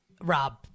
rob